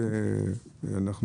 כפי שאמרתי,